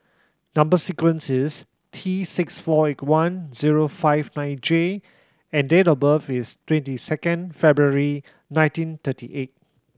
number sequence is T six four eight one zero five nine J and date of birth is twenty second February nineteen thirty eight